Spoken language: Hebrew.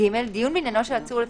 קראנו קודם את המנגנון איך שזה יהיה.